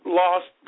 lost